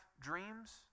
dreams